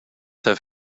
have